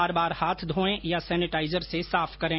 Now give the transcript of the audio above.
बार बार हाथ धोएं या सेनेटाइजर से साफ करें